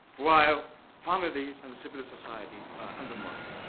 while families and civil society are undermined.